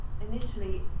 initially